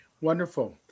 Wonderful